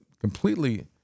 completely